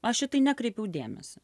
aš į tai nekreipiau dėmesio